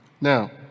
Now